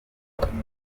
karekezi